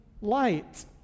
light